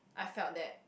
I felt that